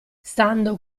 stando